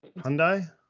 Hyundai